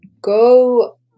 go